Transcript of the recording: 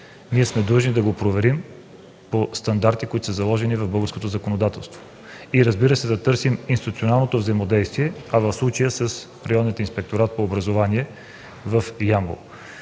ние сме длъжни да го проверим по стандарти, заложени в българското законодателство, и да търсим институционалното взаимодействие, в случая с Районния инспекторат по образованието в